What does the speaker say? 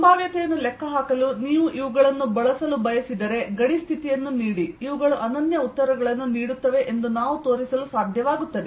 ಸಂಭಾವ್ಯತೆಯನ್ನು ಲೆಕ್ಕಹಾಕಲು ನೀವು ಇವುಗಳನ್ನು ಬಳಸಲು ಬಯಸಿದರೆ ಗಡಿ ಸ್ಥಿತಿಯನ್ನು ನೀಡಿ ಇವುಗಳು ಅನನ್ಯ ಉತ್ತರಗಳನ್ನು ನೀಡುತ್ತವೆ ಎಂದು ನಾವು ತೋರಿಸಲು ಸಾಧ್ಯವಾಗುತ್ತದೆ